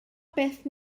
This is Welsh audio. beth